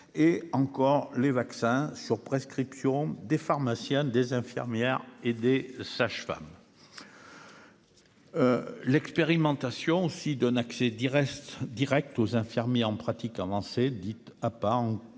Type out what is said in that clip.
et encore les vaccins sur prescription des pharmaciens, des infirmières et des sages-femmes. L'expérimentation aussi d'un accès Direct Direct aux infirmiers en pratique avancée dites à pas